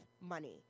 money